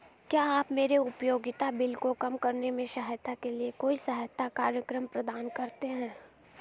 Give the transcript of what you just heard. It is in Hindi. क्या आप मेरे उपयोगिता बिल को कम करने में सहायता के लिए कोई सहायता कार्यक्रम प्रदान करते हैं?